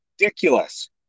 ridiculous